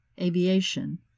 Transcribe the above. aviation